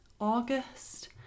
August